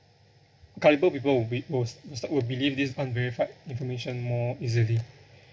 gullible people who read posts start will believe this unverified information more easily